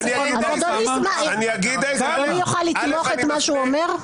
אדוני יוכל לתמוך את מה שהוא אומר?